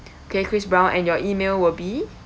okay chris brown and your email will be